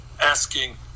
asking